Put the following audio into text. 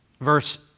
Verse